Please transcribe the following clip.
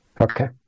Okay